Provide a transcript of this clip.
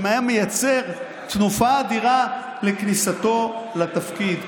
שהיה מייצר תנופה אדירה לכניסתו לתפקיד.